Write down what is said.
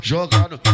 Jogando